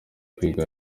kwiga